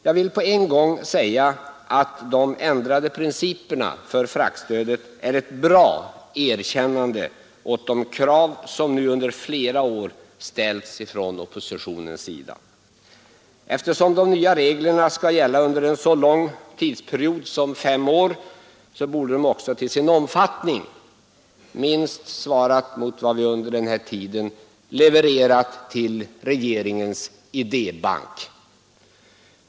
Jag vill på en gång säga att de ändrade principerna för fraktstödet är ett bra erkännande åt de krav som nu under flera år ställts från oppositionens sida. Eftersom de nya reglerna skall gälla under en så lång tidsperiod som 5 år, borde de också till sin omfattning minst ha svarat mot vad vi under den här tiden levererat till regeringens idébank.